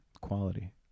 Quality